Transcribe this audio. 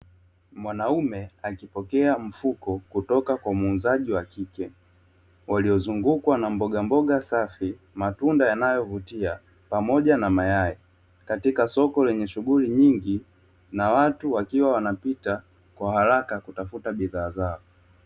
Mwanaume akipokea mfuko kutoka kwa muuzaji wa kike waliozungukwa na mbogamboga safi, matunda yanayovutia pamoja na mayai. Katika soko lenye shughuli nyingi na watu wakiwa wanapita kwa haraka kutafuta bidhaa zao.